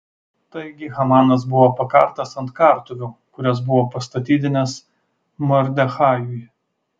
taigi hamanas buvo pakartas ant kartuvių kurias buvo pastatydinęs mordechajui